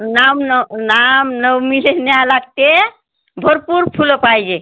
रामनवमीचे न्यावं लागते भरपूर फुलं पाहिजे